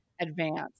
advance